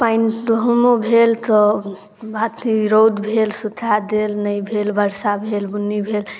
पानि गहूमो भेल तऽ भऽ रौद भेल सुखा गेल नहि भेल बरसा भेल बुन्नी भेल